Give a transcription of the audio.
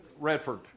Redford